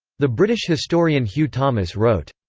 the british historian hugh thomas wrote.